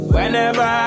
Whenever